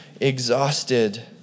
exhausted